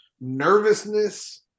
nervousness